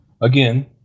again